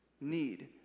need